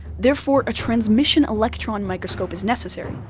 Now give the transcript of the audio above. therefore a transmission electron microscope is necessary.